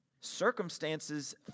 circumstances